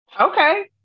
Okay